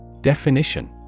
Definition